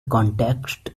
context